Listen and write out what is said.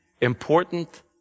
important